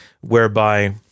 whereby